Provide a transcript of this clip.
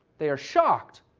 they are shocked.